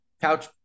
couch